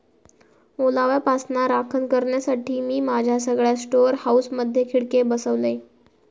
ओलाव्यापासना राखण करण्यासाठी, मी माझ्या सगळ्या स्टोअर हाऊसमधे खिडके बसवलय